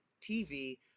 TV